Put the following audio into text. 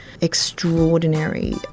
extraordinary